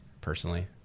personally